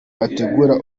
bategura